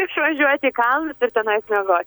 išvažiuot į kalnus ir tenais miego